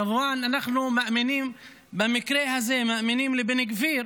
כמובן שאנחנו מאמינים במקרה הזה לבן גביר